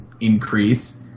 increase